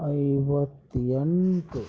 ಐವತ್ತ ಎಂಟು